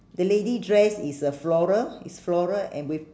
the lady dress is uh floral is floral and with